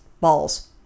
balls